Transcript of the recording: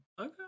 Okay